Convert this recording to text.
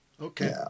Okay